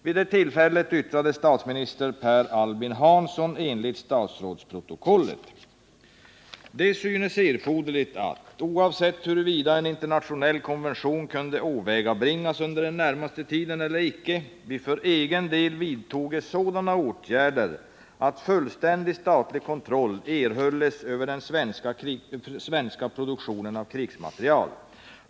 Vid det tillfället yttrade statsminister Per Albin Hansson enligt statsrådsprotokollet: ”Det synes erforderligt, att, oavsett huruvida en internationell konvention kunde åvägabringas under den närmaste tiden eller icke, vi för egen del vidtoge sådana åtgärder, att fullständig statlig kontroll erhölles över den svenska produktionen av krigsmateriel.